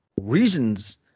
reasons